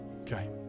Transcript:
Okay